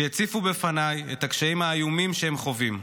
שהציפו בפניי את הקשיים האיומים שהם חווים.